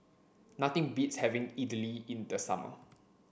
nothing beats having Idili in the summer